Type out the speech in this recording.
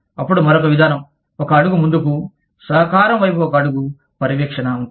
అప్పుడు మరొక విధానం ఒక అడుగు ముందుకు సహకారం వైపు ఒక అడుగు పర్యవేక్షణ ఉంటుంది